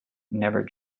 never